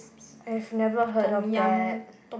I've never heard of that